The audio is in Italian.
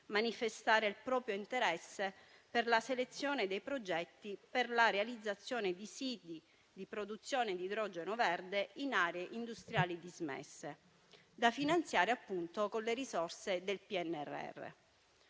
manifestare il proprio interesse per la selezione di progetti per la realizzazione di siti di produzione di idrogeno verde in aree industriali dismesse, da finanziare con le risorse del PNRR.